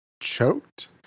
choked